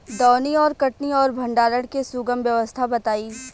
दौनी और कटनी और भंडारण के सुगम व्यवस्था बताई?